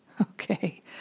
Okay